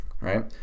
right